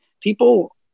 people